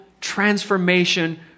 transformation